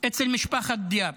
אצל משפחת ד'יאב,